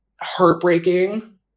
heartbreaking